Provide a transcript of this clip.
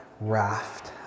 raft